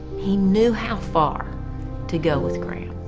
he knew how far to go with graham.